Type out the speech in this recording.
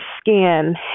skin